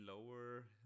lower